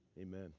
amen